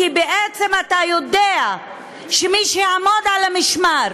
כי בעצם אתה יודע שמי שיעמוד על המשמר